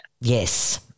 Yes